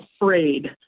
afraid